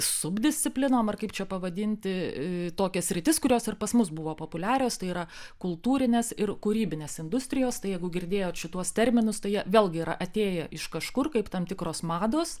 subdisciplinom ar kaip čia pavadinti tokias sritis kurios ir pas mus buvo populiarios tai yra kultūrinės ir kūrybinės industrijos tai jeigu girdėjot šituos terminus tai jie vėlgi yra atėję iš kažkur kaip tam tikros mados